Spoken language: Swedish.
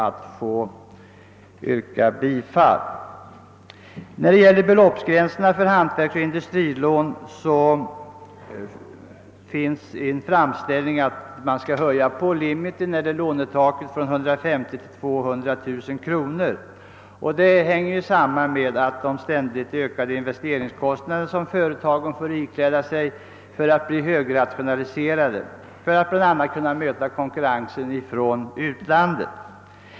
I fråga om beloppsgränsen för hantverksoch industrilån föreligger en framställning om höjning av lånetaket från 150 000 till 200 000 kr. Detta förslag hänger samman med de ständigt ökade investeringskostnader som företagen får ikläda sig för fortsatt rationalisering, bl.a. för att kunna möta konkurrensen från utlandet.